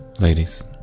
Ladies